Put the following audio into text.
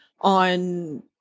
on